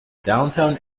downtown